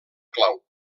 clau